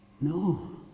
No